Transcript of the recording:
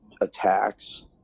attacks